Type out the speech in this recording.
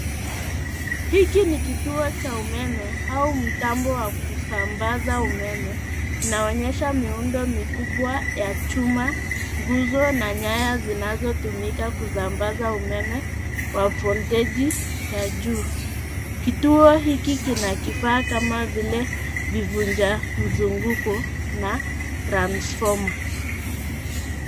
Hiki ni kituo cha umeme au mtambo wa kusambaza umeme. Inaonyesha miundo mikubwa ya chuma nguzo na nyaya zinazotumika kusambaza umeme wa voltage ya juu. Kituo hiki kina kifaa kama vile vivunjamzunguko na transformer